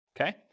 okay